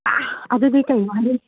ꯑꯗꯨꯗꯤ ꯀꯩꯅꯣ ꯍꯥꯏꯗꯤ